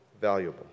valuable